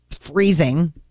freezing